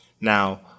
Now